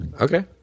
Okay